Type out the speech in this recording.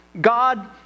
God